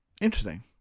Interesting